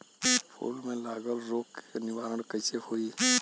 फूल में लागल रोग के निवारण कैसे होयी?